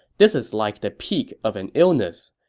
this is like the peak of an illness.